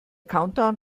countdown